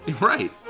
Right